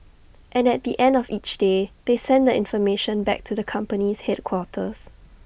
and at the end of each day they send the information back to the company's headquarters